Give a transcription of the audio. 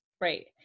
right